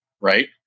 right